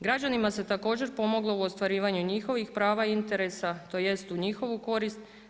Građanima se također pomoglo u ostvarivanju njihovih prava i interesa, tj. u njihovu korist.